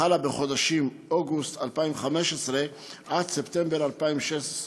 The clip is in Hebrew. חלה בחודשים אוגוסט 2015 עד ספטמבר 2016,